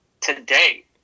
today